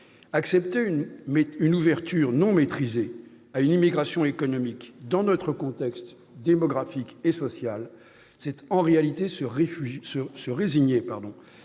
Accepter une ouverture non maîtrisée à une immigration économique, dans notre contexte démographique et social, c'est en réalité se résigner